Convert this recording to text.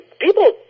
people